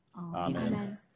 Amen